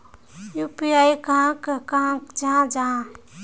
UPI कहाक कहाल जाहा जाहा?